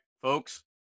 folks